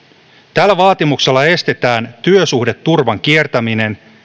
tällä vaatimuksella estetään työsuhdeturvan kiertäminen